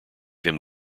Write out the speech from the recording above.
him